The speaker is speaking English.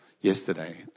yesterday